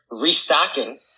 restocking